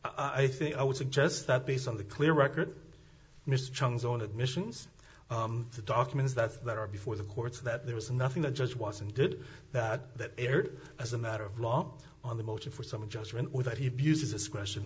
else i think i would suggest that based on the clear record mr chung's own admissions the documents that there are before the courts that there was nothing that just wasn't good that that aired as a matter of law on the motor for some adjustment without he uses this question